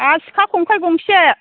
आरो सिखा खंखाइ गंसे